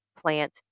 plant